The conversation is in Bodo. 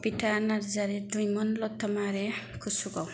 कबिता नारजारि दुयमन लथमारि कचुगाव